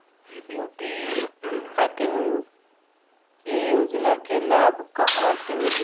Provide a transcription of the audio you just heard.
UP खातिर के योजना के लाभ कहवा से मिली?